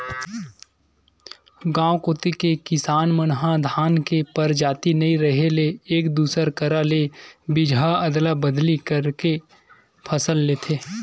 गांव कोती के किसान मन ह धान के परजाति नइ रेहे ले एक दूसर करा ले बीजहा अदला बदली करके के फसल लेथे